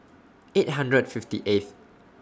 eight hundred and fifty eighth